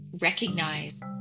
recognize